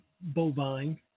bovine